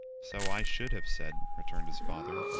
so i should have said, returned his father,